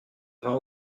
vingt